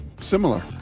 similar